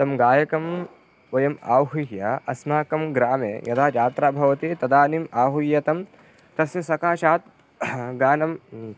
तं गायकं वयम् आहूय अस्माकं ग्रामे यदा जात्रा भवति तदानीम् आहूय तं तस्य सकाशात् गानं